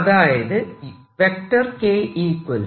അതായത് KKy